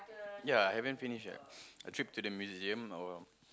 ya haven't finish yet a trip to the museum or